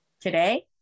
Today